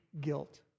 guilt